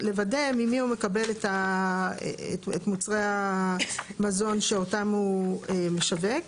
לוודא ממי הוא מקבל את מוצרי המזון שאותם הוא משווק.